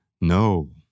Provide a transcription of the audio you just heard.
no